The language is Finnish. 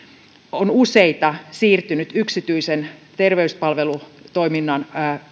siirtynyt useita yksityisen terveyspalvelutoiminnan